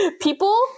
people